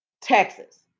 Texas